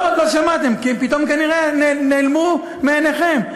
לא שמעתם, כי פתאום נעלמו מעיניכם,